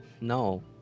No